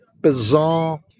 bizarre